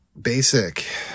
Basic